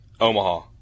Omaha